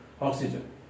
oxygen